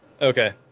Okay